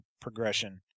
progression